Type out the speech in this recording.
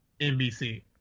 NBC